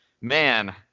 Man